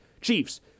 Chiefs